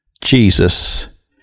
Jesus